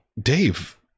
Dave